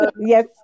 Yes